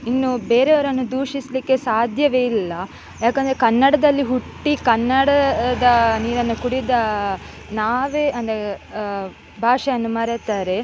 ಇನ್ನು ಬೇರೆಯವರನ್ನು ದೂಷಿಸಲಿಕ್ಕೆ ಸಾಧ್ಯವೇ ಇಲ್ಲ ಯಾಕೆಂದ್ರೆ ಕನ್ನಡದಲ್ಲಿ ಹುಟ್ಟಿ ಕನ್ನಡದ ನೀರನ್ನು ಕುಡಿದ ನಾವೇ ಅಂದ್ರೆ ಭಾಷೆಯನ್ನು ಮರೆತರೆ